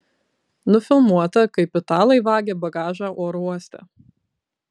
nufilmuota kaip italai vagia bagažą oro uoste